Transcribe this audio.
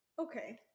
Okay